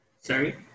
Sorry